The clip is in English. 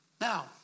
Now